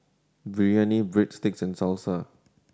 Biryani Breadsticks and Salsa